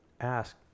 ask